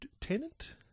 tenant